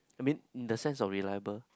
I mean in the sense of reliable